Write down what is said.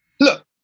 Look